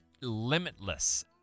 limitless